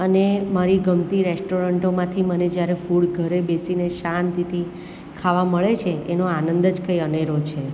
અને મારી ગમતી રેસ્ટોરન્ટોમાંથી મને જ્યારે ફૂડ ઘરે બેસીને શાંતિથી ખાવા મળે છે એનો આનંદ જ કંઈ અનેરો છે